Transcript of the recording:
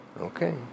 okay